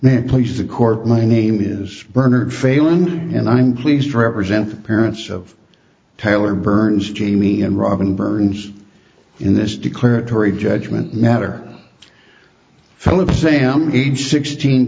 then please the court my name is bernard failing and i'm pleased to represent the parents of taylor burns jamie and robin burns in this declaratory judgment matter philip sam age sixteen